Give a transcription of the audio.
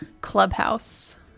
Clubhouse